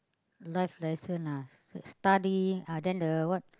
life lesson lah study uh then the what